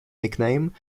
nickname